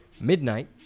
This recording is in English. Midnight